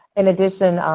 in addition,